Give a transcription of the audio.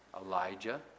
Elijah